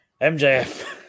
MJF